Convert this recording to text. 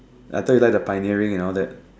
I thought you like the pioneering and all that